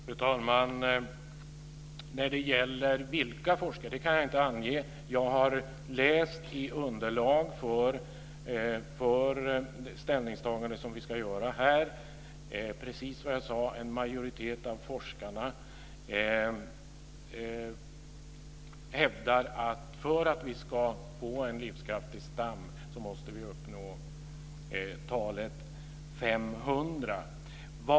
Fru talman! Jag kan inte ange vilka forskare det är. Jag har läst precis det som jag sade i underlag för det ställningstagande som vi ska göra här. En majoritet av forskarna hävdar alltså att för att vi ska få en livskraftig stam så måste vi uppnå talet 500.